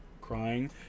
crying